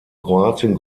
kroatien